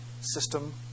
system